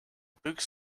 books